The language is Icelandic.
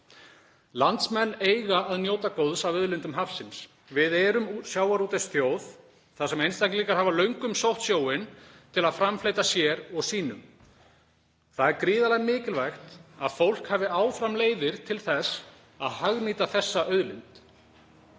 Landsmenn eiga að njóta góðs af auðlindum hafsins. Við erum sjávarútvegsþjóð þar sem einstaklingar hafa löngum sótt sjóinn til að framfleyta sér og sínum. Það er gríðarlega mikilvægt að fólkið hafi áfram leiðir til þess að hagnýta þessa auðlind.